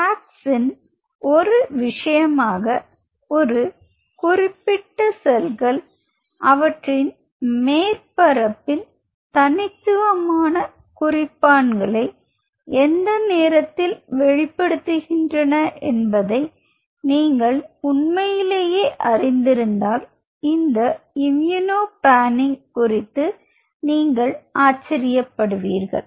FACS இன் ஒரு விஷயமாக இந்த குறிப்பிட்ட செல்கள் அவற்றின் மேற்பரப்பில் தனித்துவமான குறிப்பான்களை எந்த நேரத்தில் வெளிப்படுத்துகின்றன என்பதை நீங்கள் உண்மையிலேயே அறிந்திருந்தால் இந்த இம்யூனோ பேனிங் குறித்து நீங்கள் ஆச்சரியப்படுவீர்கள்